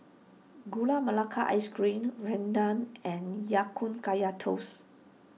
Gula Melaka Ice Cream Rendang and Ya Kun Kaya Toast